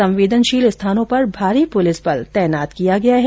संवेदनशील स्थानों पर भारी पुलिस बल तैनात किया गया है